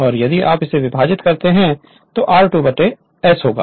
और यदि आप इसे विभाजित करते हैं तो यह r2 ' s होगा